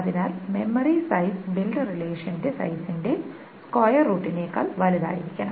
അതിനാൽ memory size build റിലേഷന്റെ സൈസിന്റെ സ്ക്വയർ റൂട്ടിനേക്കാൾ വലുതായിരിക്കണം